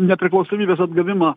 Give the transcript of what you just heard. nepriklausomybės atgavimą